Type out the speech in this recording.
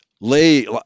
lay